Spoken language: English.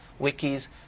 wikis